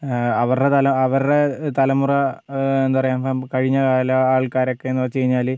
അവർടെ തല അവർടെ തലമുറ എന്താ പറയാ കഴിഞ്ഞകാല ആൾക്കാരൊക്കെ എന്ന് വെച്ച് കഴിഞ്ഞാൽ